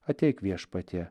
ateik viešpatie